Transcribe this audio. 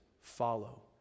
follow